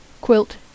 Quilt